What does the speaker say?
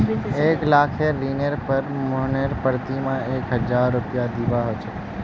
एक लाखेर ऋनेर पर मोहनके प्रति माह एक हजार रुपया दीबा ह छेक